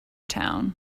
town